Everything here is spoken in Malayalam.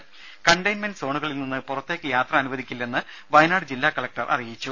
രുമ കണ്ടയിൻമെന്റ് സോണുകളിൽ നിന്ന് പുറത്തേക്ക് യാത്ര അനുവദിക്കില്ലെന്ന് വയനാട് ജില്ലാ കലക്ടർ അറിയിച്ചു